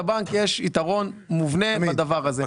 לבנק יש יתרון מובנה בדבר הזה.